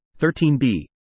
13b